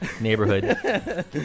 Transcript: neighborhood